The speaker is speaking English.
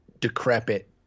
decrepit